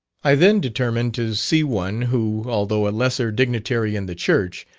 i then determined to see one who, although a lesser dignitary in the church,